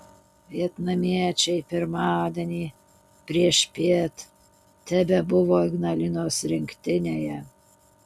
vietnamiečiai pirmadienį priešpiet tebebuvo ignalinos rinktinėje